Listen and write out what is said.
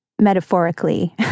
metaphorically